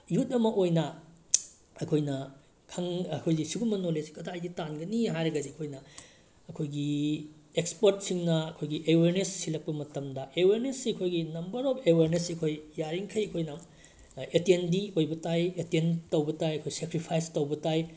ꯌꯨꯠ ꯑꯃ ꯑꯣꯏꯅ ꯑꯩꯈꯣꯏꯅ ꯑꯩꯈꯣꯏꯁꯦ ꯁꯤꯒꯨꯝꯕ ꯅꯣꯂꯦꯖꯁꯦ ꯀꯗꯥꯏꯗꯒꯤ ꯇꯥꯟꯒꯅꯤ ꯍꯥꯏꯔꯒꯗꯤ ꯑꯩꯈꯣꯏꯅ ꯑꯩꯈꯣꯏꯒꯤ ꯑꯦꯛꯁꯄꯔꯠꯁꯤꯡꯅ ꯑꯩꯈꯣꯏꯒꯤ ꯑꯦꯋꯦꯔꯅꯦꯁ ꯁꯤꯜꯂꯛꯄ ꯃꯇꯝꯗ ꯑꯦꯋꯦꯔꯅꯦꯁꯁꯦ ꯑꯩꯈꯣꯏꯒꯤ ꯅꯝꯕꯔ ꯑꯣꯐ ꯑꯦꯋꯦꯔꯅꯦꯁꯁꯦ ꯑꯩꯈꯣꯏ ꯌꯥꯔꯤ ꯃꯈꯩ ꯑꯩꯈꯣꯏꯅ ꯑꯦꯇꯦꯟꯗꯤ ꯑꯣꯏꯕ ꯇꯥꯏ ꯑꯦꯇꯦꯟ ꯇꯧꯕ ꯇꯥꯏ ꯑꯩꯈꯣꯏ ꯁꯦꯀ꯭ꯔꯤꯐꯥꯏꯁ ꯇꯧꯕ ꯇꯥꯏ